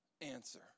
answer